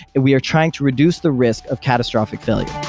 and we are trying to reduce the risk of catastrophic failure.